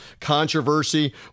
controversy